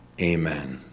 Amen